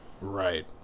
Right